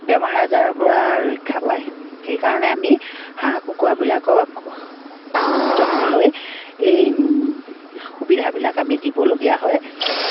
বেমাৰ আজাৰৰপৰা ৰক্ষা পায় সেইকাৰণে আমি হাঁহ কুকুৰাবিলাকক যত্ন লৈ এই সুবিধাবিলাক আমি দিবলগীয়া হয়